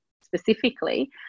specifically